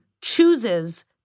chooses